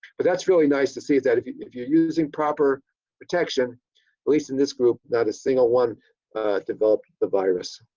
but that's really nice to see that, if if you're using proper protection at but least in this group not a single one developed the virus.